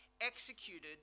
executed